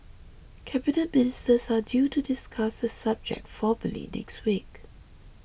Cabinet Ministers are due to discuss the subject formally next week